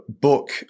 book